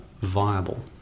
viable